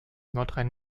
nordrhein